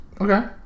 Okay